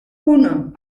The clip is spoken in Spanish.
uno